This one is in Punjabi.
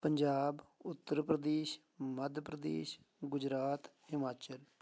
ਪੰਜਾਬ ਉੱਤਰ ਪ੍ਰਦੇਸ਼ ਮੱਧ ਪ੍ਰਦੇਸ਼ ਗੁਜਰਾਤ ਹਿਮਾਚਲ